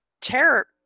terror